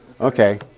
Okay